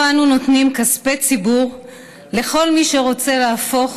אנו נותנים כספי ציבור לכל מי שרוצה להפוך